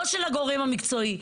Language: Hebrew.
לא של הגורם המקצועי,